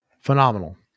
Phenomenal